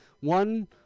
One